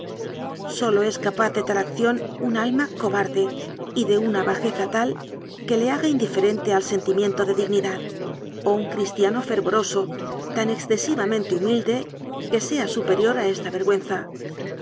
sólo es capaz de tal acción un alma cobarde y de una bajeza tal que le haga indife rente al sentimiento de dignidad o un cristiano fervoroso tan excesivamente humilde que sea su perior a esta vergüenza